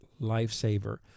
lifesaver